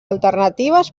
alternatives